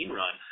run